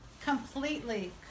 completely